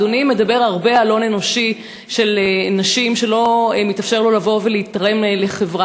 אדוני מדבר הרבה על הון אנושי של נשים שלא מתאפשר לו לבוא ולתרום לחברה.